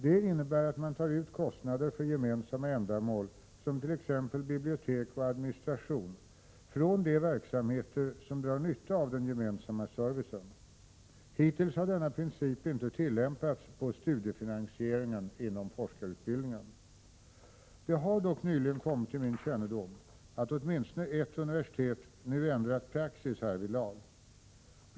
Det innebär att man tar ut kostnader för gemensamma ändamål som t.ex. bibliotek och administration från de verksamheter som drar nytta av den gemensamma servicen. Hittills har denna princip inte tillämpats på studiefinansieringen inom forskarutbildningen. Det har dock nyligen kommit till min kännedom att åtminstone ett universitet nu ändrat praxis härvidlag.